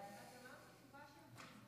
תמר,